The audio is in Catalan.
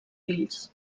fills